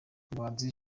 umuhanzi